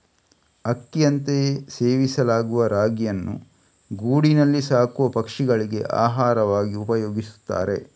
ಅಕ್ಕಿಯಂತೆಯೇ ಸೇವಿಸಲಾಗುವ ರಾಗಿಯನ್ನ ಗೂಡಿನಲ್ಲಿ ಸಾಕುವ ಪಕ್ಷಿಗಳಿಗೆ ಆಹಾರವಾಗಿ ಉಪಯೋಗಿಸ್ತಾರೆ